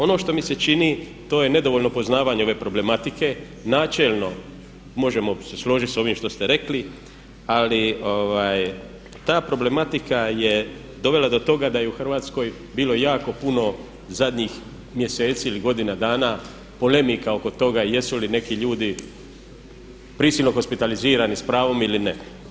Ono što mi se čini to je nedovoljno poznavanje ove problematike, načelno možemo se složiti sa ovim što ste rekli, ali ta problematika je dovela do toga da je u Hrvatskoj bilo jako puno zadnjih mjeseci ili godina dana polemika oko toga jesu li neki ljudi prisilno hospitalizirani sa pravom ili ne.